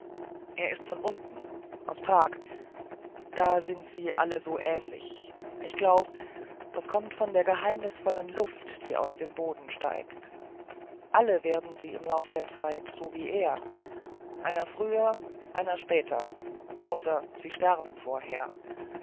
er ist von unten aus prag da sind sie alle so ähnlich ich glaub das kommt von der geheimnisvollen luft die aus dem boden steigt alle werden sie im lauf der zeit so wie er einer früher einer später außer sie sterben vorher